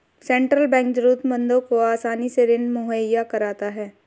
central bank जरूरतमंदों को आसानी से ऋण मुहैय्या कराता है